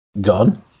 Gone